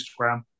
Instagram